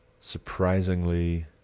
surprisingly